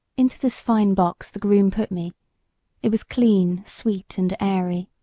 into this fine box the groom put me it was clean, sweet, and airy.